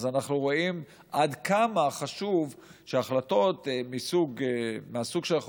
אז אנחנו רואים עד כמה חשוב שהחלטות מהסוג שאנחנו